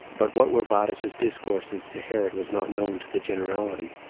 but what were varus's discourses to herod was not known to the generality,